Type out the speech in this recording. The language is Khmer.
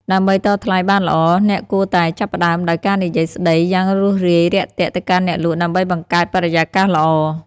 ដើម្បីតថ្លៃបានល្អ អ្នកគួរតែចាប់ផ្តើមដោយការនិយាយស្តីយ៉ាងរួសរាយរាក់ទាក់ទៅកាន់អ្នកលក់ដើម្បីបង្កើតបរិយាកាសល្អ។